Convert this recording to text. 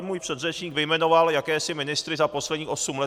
Můj předřečník tady vyjmenoval jakési ministry za posledních osm let.